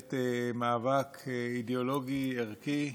מנהלת מאבק אידאולוגי-ערכי נחוש,